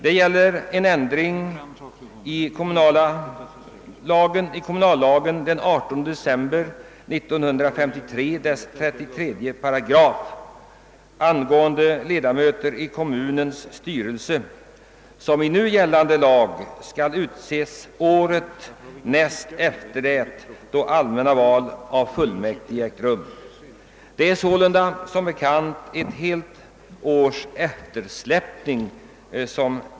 Det gäller ändringen av 33 § kommunallagen den 18 december 1953 angående ledamöter i kommunens styrelse, som skall utses året näst efter det att allmänna val av fullmäktige ägt rum. Det förekommer sålunda ett helt års eftersläpning.